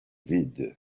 vides